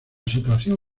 situación